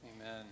Amen